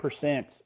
percent